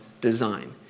design